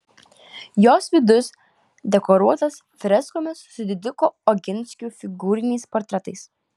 jos vidus dekoruotas freskomis su didikų oginskių figūriniais portretais